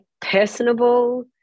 Personable